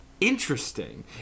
Interesting